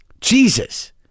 Jesus